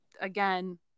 again